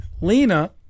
Lena